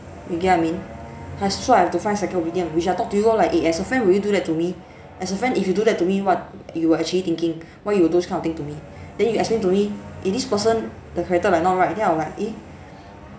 you get what I mean so I have to find second opinion which I talk to you orh like as a friend will you do that to me as a friend if you do that to me what you are actually thinking why you will do those kind of thing to me then you explain to me eh this person the character like not right then I'll like eh